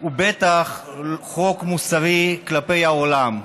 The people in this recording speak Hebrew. ובטח חוק מוסרי כלפי העולם,